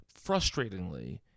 frustratingly